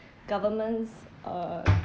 governments uh